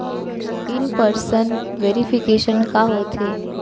In person verification का होथे?